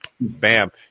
bam